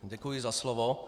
Děkuji za slovo.